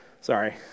Sorry